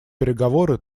переговоры